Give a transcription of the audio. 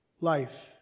life